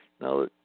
now